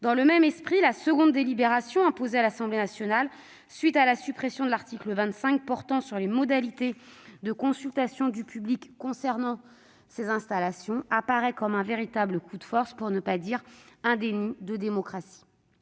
Dans le même esprit, la seconde délibération imposée à l'Assemblée nationale à la suite de la suppression de l'article 25 portant sur les modalités de consultation du public concernant ces installations apparaît comme un véritable coup de force, pour ne pas dire un déni de démocratie.